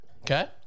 Okay